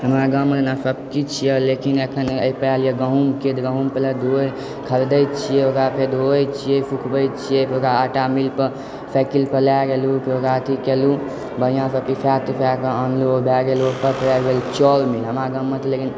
हमरा गाममे ओना सभ किछु छियै लेकिन एखन एतय आयल हँ गहुँमके तऽ गहुम पहिले खरीदय छी फेर ओकरा धोए छी सुखबय छियै ओकरा आटा मिल पर साइकिल पर लए गेलउ ओकरा अथी केलौ बढ़ियासँ पिसा तिसाकऽओकरा अनलहुँ दए गेलौ हमरा गाँवमे तऽलेकिन